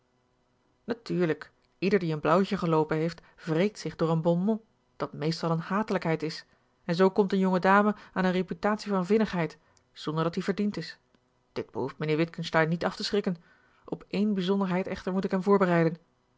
natuurlijk ieder die een blauwtje geloopen heeft wreekt zich door een bon mot dat meestal eene hatelijkheid is en zoo komt een jonge dame aan eene reputatie van vinnigheid zonder dat die verdiend is dit behoeft mijnheer witgensteyn niet af te schrikken op één bijzonderheid echter moet ik hem voorbereiden